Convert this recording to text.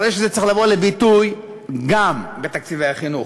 הרי שזה צריך לבוא לביטוי גם בתקציבי החינוך.